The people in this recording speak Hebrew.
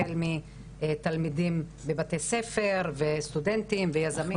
החל מתלמידים לבתי ספר וסטודנטים ויזמים.